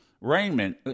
Raymond